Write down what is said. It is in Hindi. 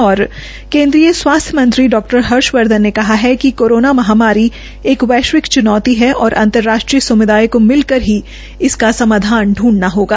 केन्द्रीय स्वास्थ्य मंत्री डॉ हर्षवर्धन ने कहा है कि कोरोना महामारी एक वैश्विक चुनौती है और अंतर्राष्ट्रीय समुदाय को मिलकर ही इसका समाधान ढूंढना होगा